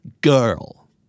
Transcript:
Girl